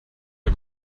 der